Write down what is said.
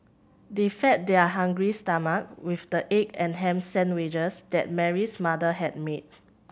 they fed their hungry stomach with the egg and ham sandwiches that Mary's mother had made